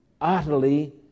utterly